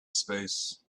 space